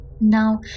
Now